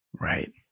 Right